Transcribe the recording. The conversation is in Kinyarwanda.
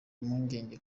impungenge